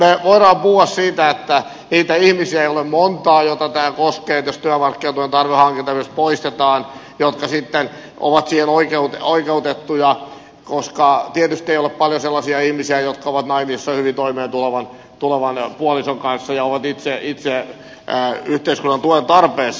me voimme puhua siitä että niitä ihmisiä ei ole montaa joita tämä koskee jos työmarkkinatuen tarveharkinta esimerkiksi poistetaan jotka sitten ovat siihen oikeutettuja koska tietysti ei ole paljon sellaisia ihmisiä jotka ovat naimisissa hyvin toimeentulevan puolison kanssa ja ovat itse yhteiskunnan tuen tarpeessa